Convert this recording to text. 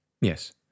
Yes